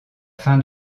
fin